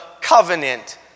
covenant